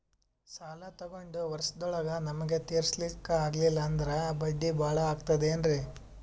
ಸಾಲ ತೊಗೊಂಡು ವರ್ಷದೋಳಗ ನಮಗೆ ತೀರಿಸ್ಲಿಕಾ ಆಗಿಲ್ಲಾ ಅಂದ್ರ ಬಡ್ಡಿ ಬಹಳಾ ಆಗತಿರೆನ್ರಿ?